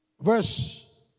Verse